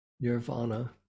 nirvana